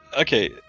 okay